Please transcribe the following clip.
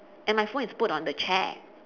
and my phone is put on the chair